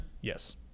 Yes